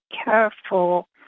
careful